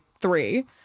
three